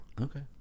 Okay